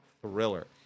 thriller